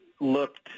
looked